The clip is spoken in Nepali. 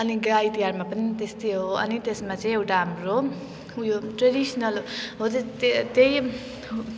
अनि गाई तिहारमा पनि त्यस्तै हो अनि त्यसमा चाहिँ एउटा हाम्रो उयो ट्रेडिसनल हो त्यो ते त्यही